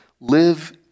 live